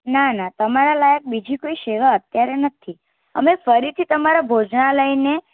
નાના તમારા લાયક બીજી કોઈ સેવા અત્યારે નથી અમે ફરીથી તમારા ભોજનાલયને